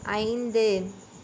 ஐந்து